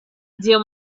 zio